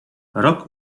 rok